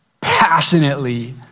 passionately